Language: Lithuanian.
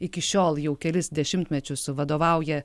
iki šiol jau kelis dešimtmečius vadovauja